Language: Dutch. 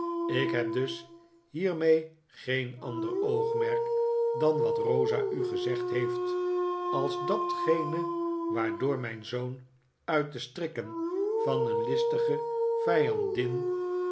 ik heb dus hiermee geen ander oogmerk dan wat rosa u gezegd heeft als datgene waardoor mijn zoon uit de strikken van een listige vijandin